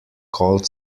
called